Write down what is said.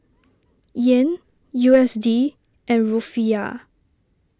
Yen U S D and Rufiyaa